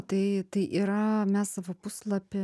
tai tai yra mes savo puslapy